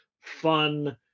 fun